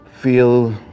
feel